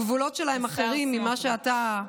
הגבולות שלה הם אחרים ממה שאתה,